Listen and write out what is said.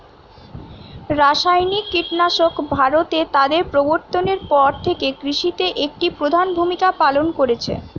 রাসায়নিক কীটনাশক ভারতে তাদের প্রবর্তনের পর থেকে কৃষিতে একটি প্রধান ভূমিকা পালন করেছে